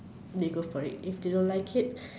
they go for it if they don't like it